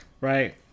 Right